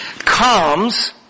comes